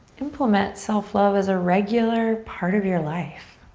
implement self love as a regular part of your life.